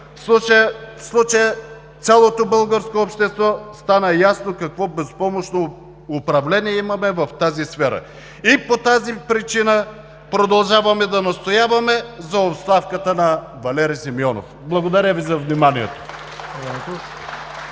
В случая на цялото българско общество стана ясно какво безпомощно управление имаме в тази сфера, и по тази причина продължаваме да настояваме за оставката на Валери Симеонов. Благодаря Ви за вниманието.